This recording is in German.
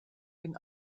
den